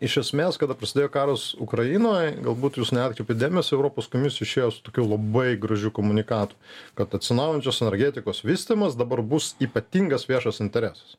iš esmės kada prasidėjo karas ukrainoj galbūt jūs neatkreipėt dėmesio europos komisija išėjo su tokiu labai gražiu komunikatu kad atsinaujinančios energetikos vystymas dabar bus ypatingas viešas interesas